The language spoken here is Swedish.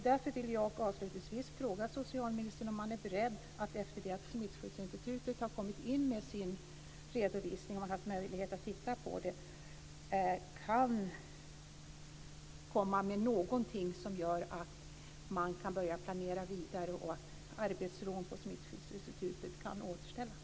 Därför vill jag avslutningsvis fråga socialministern om han är beredd att efter det att Smittskyddsinstitutet har kommit in med sin redovisning och har haft möjlighet att titta på den kan komma med någonting som gör att man kan börja planera vidare så att arbetsron på Smittskyddsinstitutet kan återställas.